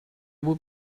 would